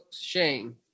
Shane